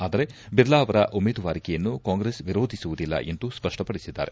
ಆದರೆ ಬಿರ್ಲಾ ಅವರ ಉಮೇದುವಾರಿಕೆಯನ್ನು ಕಾಂಗ್ರೆಸ್ ವಿರೋಧಿಸುವುದಿಲ್ಲ ಎಂದು ಸ್ಪಷ್ಟಪಡಿಸಿದ್ದಾರೆ